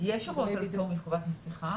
יש הוראות על פטור מחובת מסכה.